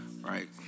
right